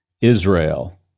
Israel